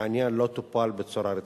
העניין לא טופל בצורה רצינית.